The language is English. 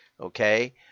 okay